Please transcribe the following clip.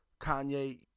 Kanye